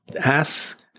Ask